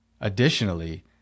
Additionally